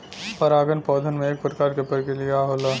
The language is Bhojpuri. परागन पौधन में एक प्रकार क प्रक्रिया होला